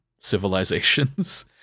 civilizations